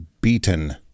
beaten